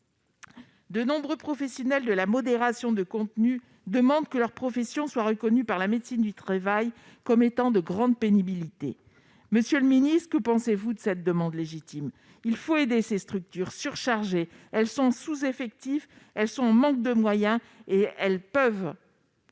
de nombreux professionnels de la modération de contenus demandent que leur profession soit reconnue par la médecine du travail comme étant de grande pénibilité. Monsieur le secrétaire d'État, que pensez-vous de cette demande légitime ? Il faut aider ces structures, surchargées et en sous-effectifs, qui manquent de moyens. Car elles peuvent